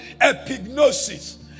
epignosis